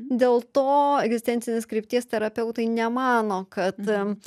dėl to egzistencinės krypties terapeutai nemano kad